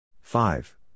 Five